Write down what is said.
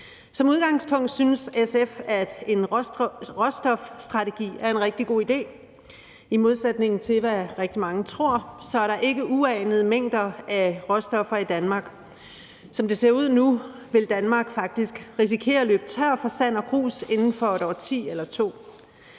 Som udgangspunkt synes SF, at en råstofstrategi er en rigtig god idé. I modsætning til, hvad rigtig mange tror, så er der ikke uanede mængder af råstoffer i Danmark. Som det ser ud nu, vil Danmark faktisk risikere at løbe tør for sand og grus inden for et årti eller to.